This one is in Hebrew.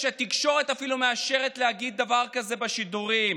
והתקשורת אפילו מאשרת להגיד דבר כזה בשידורים.